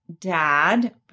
dad